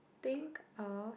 think of